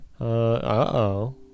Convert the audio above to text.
uh-oh